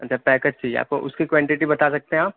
اچھا پیکٹ چاہیے آپ کو اس کی کوانٹٹی بتا سکتے ہیں آپ